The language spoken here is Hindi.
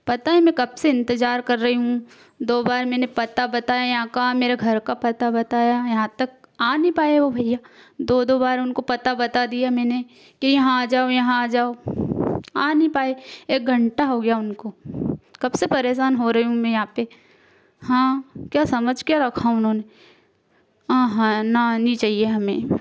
पता है मैं कब से इंतजार कर रही हूँ दो बार मैंने पता बताया यहाँ का मेरे घर का पता बताया यहाँ तक आ नहीं पाए वो भैया दो दो बार उनको पता बता दिया मैंने कि यहाँ आ जाओ यहाँ आ जाओ आ नहीं पाए एक घंटा हो गया उनको कब से परेशान हो रही हूँ मैं यहाँ पर हाँ क्या समझ क्या रखा उन्होंने ना नहीं चाहिए हमें